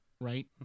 right